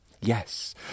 yes